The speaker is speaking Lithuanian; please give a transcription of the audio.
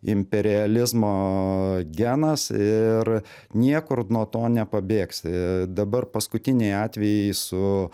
imperializmo genas ir niekur nuo to nepabėgsi dabar paskutiniai atvejai su